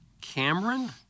Cameron